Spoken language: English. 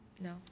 No